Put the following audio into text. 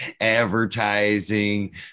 advertising